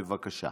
בבקשה,